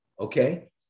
okay